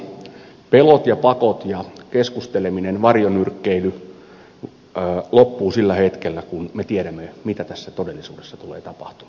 pelot ja pakot ja keskusteleminen varjonyrkkeily loppuvat sillä hetkellä kun me tiedämme mitä tässä todellisuudessa tulee tapahtumaan